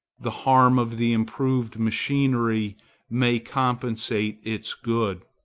the harm of the improved machinery may compensate its good.